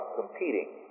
competing